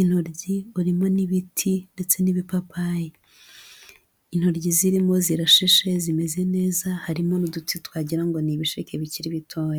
intoryi, urimo n'ibiti ndetse n'ibipapayi. Intoryi zirimo zirashishe zimeze neza, harimo n'uduti twagira ngo ni ibisheke bikiri bitoya.